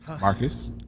Marcus